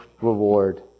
reward